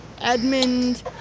Edmund